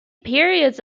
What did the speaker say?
periods